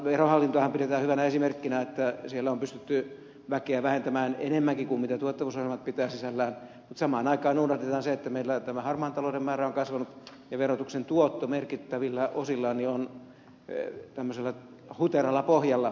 verohallintoahan pidetään hyvänä esimerkkinä koska siellä on pystytty väkeä vähentämään enemmänkin kuin tuottavuusohjelmat pitävät sisällään mutta samaan aikaan unohdetaan se että meillä tämän harmaan talouden määrä on kasvanut ja verotuksen tuotto merkittävillä osillaan on huteralla pohjalla